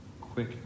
quick